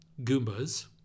goombas